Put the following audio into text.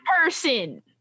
person